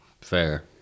fair